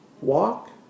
walk